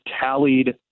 tallied